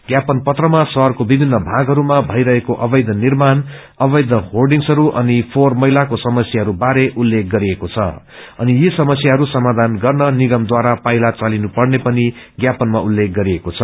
ज्ञापन पत्रमा शहरको विभिन्न भागहरूमा बईरहेको अवैय निर्माण अवैय होर्डिगंहरू अनि फोहोर मैलाको समस्याहरू बारे उल्लेख गरिएको छ अनि यी समस्याहरू समाधान गर्न निगम द्वारा पाइला चालिनुपर्ने पनि ज्ञापनमा उल्लेख गरिएको छ